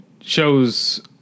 shows